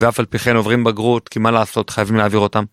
ואף על פי כן עוברים בגרות, כי מה לעשות? חייבים להעביר אותם.